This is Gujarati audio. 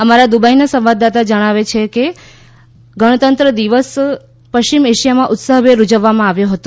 અમારાં દુબઈના સંવાદદાતા અહેવાલ આપે છે કે ગણતંત્ર દિવસ પશ્ચિમ એશિયામાં ઉત્સાહભેર ઉજવવામાં આવ્યો હતો